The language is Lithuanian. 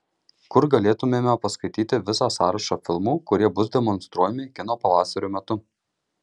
kur galėtumėme paskaityti visą sąrašą filmų kurie bus demonstruojami kino pavasario metu